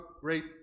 great